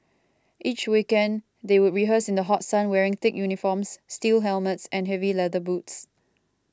each weekend they would rehearse in the hot sun wearing thick uniforms steel helmets and heavy leather boots